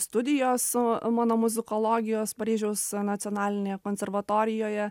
studijos mano muzikologijos paryžiaus nacionalinėje konservatorijoje